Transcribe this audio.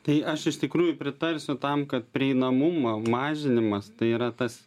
tai aš iš tikrųjų pritarsiu tam kad prieinamumo mažinimas tai yra tas